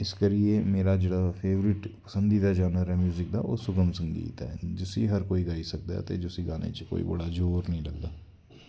इस करियै मेरा जेह्ड़ा फेवरट पसंदिदा दा चैनल ऐ म्यूजिक दा ओह् सुगम संगीत ऐ जिसी हर कोई गाई सकदा ऐ ते जिसी गाने च कोई मता जोर नी लगदा ऐ